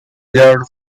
reserved